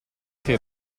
che